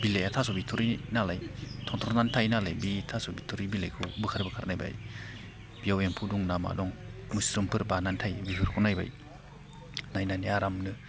बिलाइआ थास' बिथुरि नालाय थन्थ्र'नानै थायो नालाय बे थास' बिथुरिनि बिलाइखौ बोखार बोखार नायबाय बेयाव एम्फौ दं ना मा दं मोस्रोमफोर बानानै थायो बेफोरखौ नायबाय नायनानै आरामनो